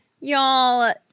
Y'all